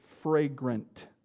fragrant